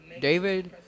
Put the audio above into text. David